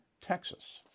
Texas